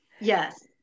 Yes